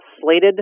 slated